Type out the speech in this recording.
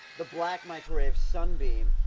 the black microwave, sunbeam!